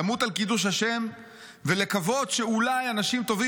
למות על קידוש השם ולקוות שאולי אנשים טובים